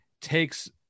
takes